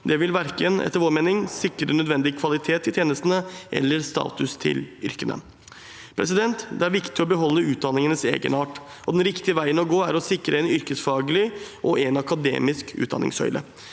vil det verken sikre nødvendig kvalitet i tjenestene eller statusen til yrkene. Det er viktig å beholde utdanningenes egenart, og den riktige veien å gå er å sikre én yrkesfaglig og én akademisk utdanningssøyle.